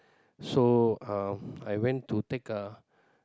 so uh I went to take a